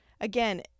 Again